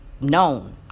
known